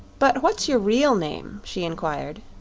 but what's your real name? she inquired.